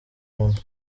muntu